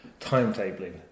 timetabling